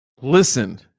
Listen